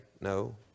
no